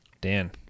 Dan